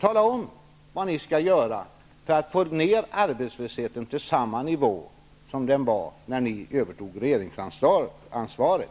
Tala om vad ni skall göra för att få ned arbetslösheten till samma nivå som den var på när ni övertog regeringsansvaret,